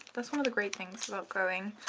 that's one of the great things about going